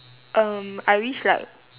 um I wish like